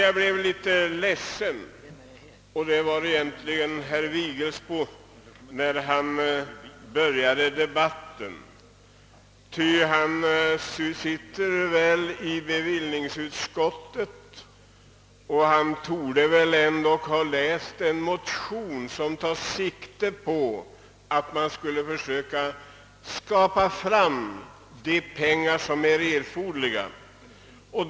Jag blev emellertid litet ledsen när jag hörde herr Vigelsbo. Han sitter ju i bevillningsutskottet och bör ha läst den motion som tar sikte på att erforderliga medel skulle ställas till förfogande.